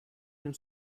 nel